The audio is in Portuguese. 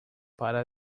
para